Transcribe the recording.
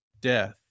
Death